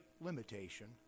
limitation